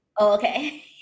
Okay